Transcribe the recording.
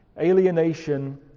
alienation